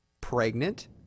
pregnant